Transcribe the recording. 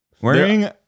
Wearing